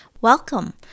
welcome